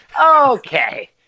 okay